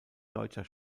deutscher